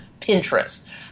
Pinterest